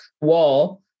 wall